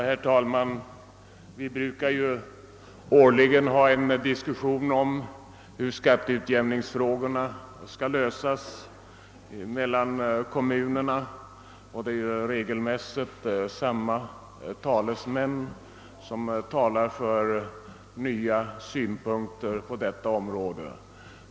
Herr talman! Vi brukar ju årligen ha en diskussion om hur skatteutjämningsfrågorna skall lösas mellan kommunerna, och det är regelmässigt samma talesmän som framför nya synpunkter på frågan.